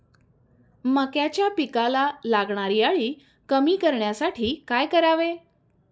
मक्याच्या पिकाला लागणारी अळी कमी करण्यासाठी काय करावे?